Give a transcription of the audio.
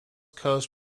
coast